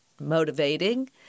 motivating